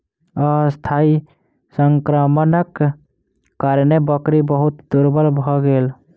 अस्थायी संक्रमणक कारणेँ बकरी बहुत दुर्बल भ गेल